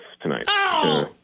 tonight